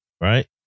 Right